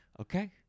Okay